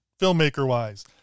filmmaker-wise